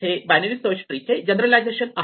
हे binary search tree चे generalisation आहे